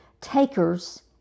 takers